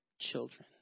children